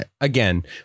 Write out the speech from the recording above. Again